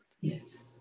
yes